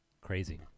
Crazy